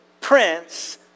Prince